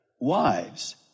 wives